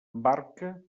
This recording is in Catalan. barca